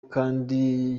kandi